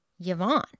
Yvonne